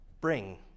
bring